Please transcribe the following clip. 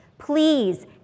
Please